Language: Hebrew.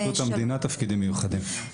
פרקליטות המדינה, תפקידים מיוחדים.